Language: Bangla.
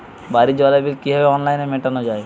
বাড়ির জলের বিল কিভাবে অনলাইনে মেটানো যায়?